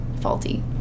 faulty